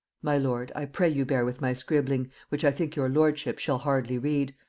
my lord, i pray you bear with my scribbling, which i think your lordship shall hardly read,